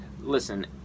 listen